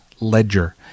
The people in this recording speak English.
ledger